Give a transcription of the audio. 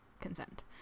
consent